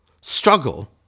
struggle